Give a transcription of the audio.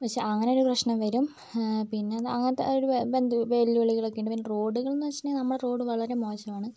പക്ഷേ അങ്ങനെ ഒരു പ്രശ്നം വരും പിന്നേ എന്നാൽ അങ്ങനത്തെ ഒരു ബന്ധു വെല്ലുവിളികളൊക്കെ ഉണ്ട് പിന്നെ റോഡുകൾ എന്ന് വെച്ചിട്ടുണ്ടെങ്കിൽ നമ്മുടെ റോഡ് വളരെ മോശമാണ്